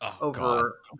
over